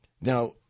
Now